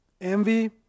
envy